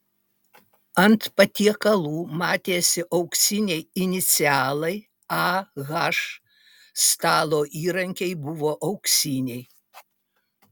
ant patiekalų matėsi auksiniai inicialai ah stalo įrankiai buvo auksiniai